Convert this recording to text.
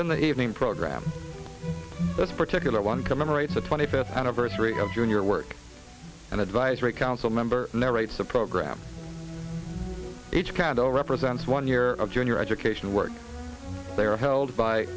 then the evening program this particular one commemorates the twenty fifth anniversary of junior work and advisory council member narrates the program each candle represents one year of junior education work they are held by